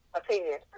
opinion